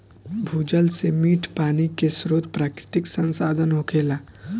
भूजल से मीठ पानी के स्रोत प्राकृतिक संसाधन होखेला